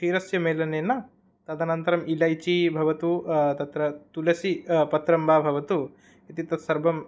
क्षीरस्य मेलनेन तदनन्तरम् इलैचि भवतु तत्र तुलसीपत्रं वा भवतु इति तत्सर्वम्